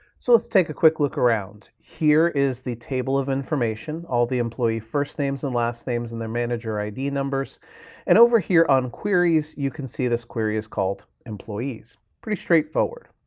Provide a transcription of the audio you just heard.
so let's take a quick look around. here is the table of information, all the employee first names and last names and their manager id numbers and over here on queries, you can see this query is called employees. pretty straightforward.